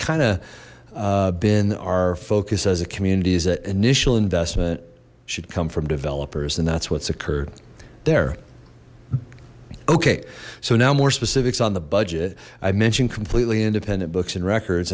kind of been our focus as a communities that initial investment should come from developers and that's what's occurred there okay so now more specifics on the budget i mentioned completely independent books and records